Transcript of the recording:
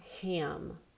ham